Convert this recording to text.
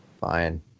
Fine